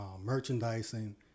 merchandising